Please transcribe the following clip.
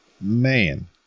Man